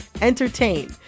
entertain